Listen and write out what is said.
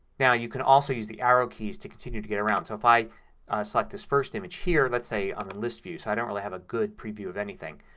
now you can also use the arrow keys to continue to get around. so if i select this first image here, let's say i'm in list view so i don't really have a good preview of anything.